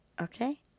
Okay